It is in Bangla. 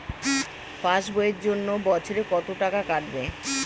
পাস বইয়ের জন্য বছরে কত টাকা কাটবে?